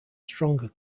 stronger